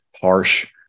Harsh